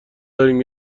داریم